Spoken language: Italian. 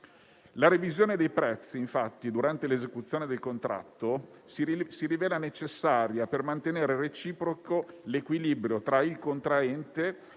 La revisione dei prezzi, infatti, durante l'esecuzione del contratto si rivela necessaria per mantenere reciproco l'equilibrio tra il contraente